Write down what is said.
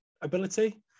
ability